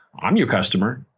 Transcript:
i'm your customer.